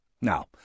Now